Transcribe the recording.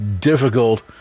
difficult